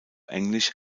englisch